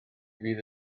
fydd